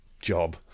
job